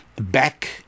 back